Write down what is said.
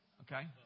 Okay